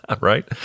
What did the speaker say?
Right